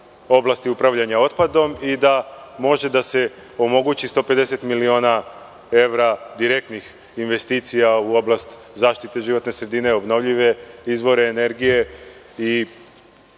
oblasti upravljanja otpadom i da može da se omogući 150 miliona evra direktnih investicija u oblast zaštite životne sredine, obnovljive izvore energije i